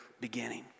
beginning